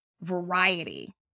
Variety